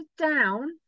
down